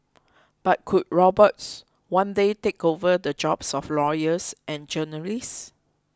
but could robots one day take over the jobs of lawyers and journalists